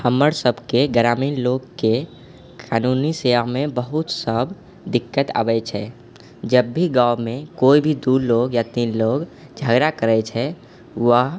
हमर सबके ग्रामीण लोकके कानूनी सेवामे बहुत सब दिक्कत आबै छै जब भी गाँवमे दू लोग या तीन लोग झगड़ा करै छै वह